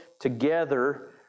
together